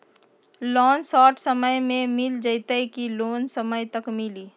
Loan short समय मे मिल जाएत कि लोन समय तक मिली?